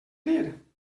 dir